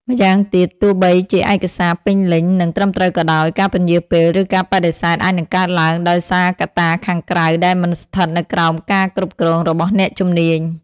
ម្យ៉ាងទៀត ទោះបីជាឯកសារពេញលេញ និងត្រឹមត្រូវក៏ដោយ ការពន្យារពេល ឬការបដិសេធអាចនឹងកើតឡើងដោយសារកត្តាខាងក្រៅដែលមិនស្ថិតនៅក្រោមការគ្រប់គ្រងរបស់អ្នកជំនាញ។